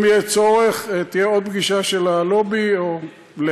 אם יהיה צורך, תהיה עוד פגישה של הלובי, או לבד.